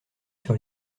sur